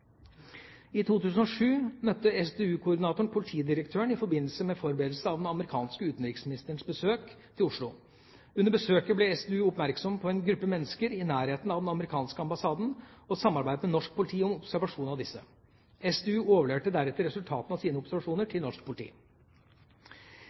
I 2007 møtte SDU-koordinatoren politidirektøren i forbindelse med forberedelsene av den amerikanske utenriksministerens besøk til Oslo. Under besøket ble SDU oppmerksom på en gruppe mennesker i nærheten av den amerikanske ambassaden og samarbeidet med norsk politi om observasjon av disse. SDU overleverte deretter resultatene av sine